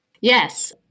Yes